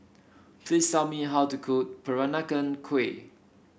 please tell me how to cook Peranakan Kueh